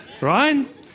Right